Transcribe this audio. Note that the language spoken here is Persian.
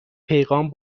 پیغام